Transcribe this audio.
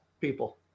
people